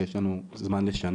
כי יש לנו זמן לשנה,